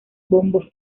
bombo